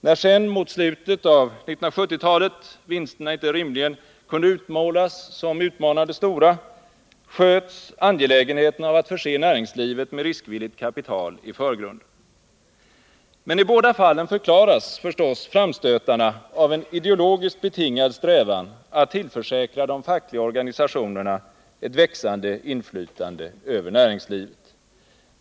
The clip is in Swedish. När sedan mot slutet av 1970-talet vinsterna inte rimligen kunde utmålas som utmanande stora, sköts angelägenheten av att förse näringslivet med riskvilligt kapital i förgrunden. Men i båda fallen förklaras förstås framstötarna av en ideologiskt betingad strävan att tillförsäkra de fackliga organisationerna ett växande inflytande över näringslivet.